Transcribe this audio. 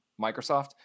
Microsoft